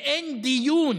ואין דיון